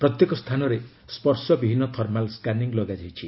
ପ୍ରତ୍ୟେକ ସ୍ଥାନରେ ସ୍ୱର୍ଶ ବିହିନ ଥର୍ମାଲ୍ ସ୍କାନିଂ ଲଗାଯାଇଛି